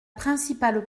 principale